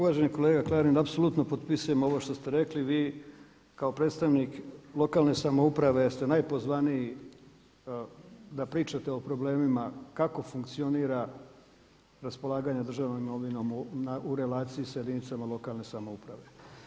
Uvaženi kolega Klarin, apsolutno potpisujem ovo što ste rekli vi kao predstavnik lokalne samouprave ste najpozvaniji da pričate o problemima kako funkcionira raspolaganje državnom imovinom u relaciji sa jedinicama lokalne samouprave.